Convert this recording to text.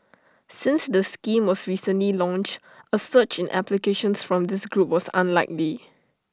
since the scheme was recently launched A surge in applications from this group was unlikely